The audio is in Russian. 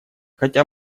хотя